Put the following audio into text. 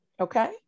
Okay